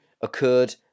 occurred